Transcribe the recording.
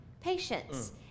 patience